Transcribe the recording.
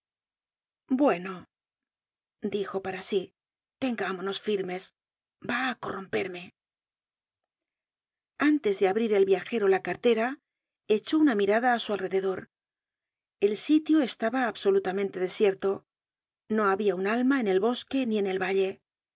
bueno dijo para sí tengámonos ürmes va á corromperme antes de abrir el viajero la cartera echó una mirada á su alrededor el sitio estaba absolutamente desierto no habia un alma en el bosque ni en el valle